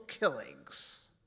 Killings